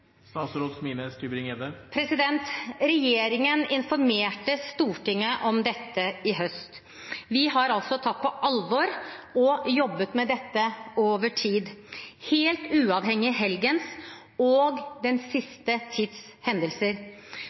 Regjeringen informerte Stortinget om dette sist høst. Vi har tatt det på alvor og har jobbet med dette over tid, helt uavhengig av helgens og den siste tids hendelser.